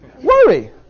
Worry